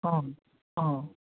অঁ অঁ